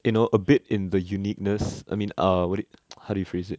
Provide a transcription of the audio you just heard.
you know a bit in the uniqueness I mean uh what it how do you phrase it